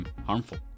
harmful